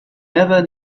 never